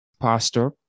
Pastor